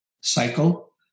cycle